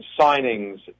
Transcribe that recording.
signings